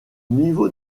niveau